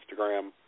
Instagram